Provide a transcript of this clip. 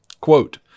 Quote